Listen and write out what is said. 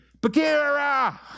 Bagheera